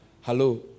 Hello